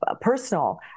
Personal